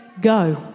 Go